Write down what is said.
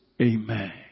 Amen